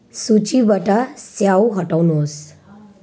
सूचीबाट स्याउ हटाउनुहोस्